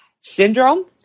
Syndrome